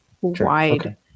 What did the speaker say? wide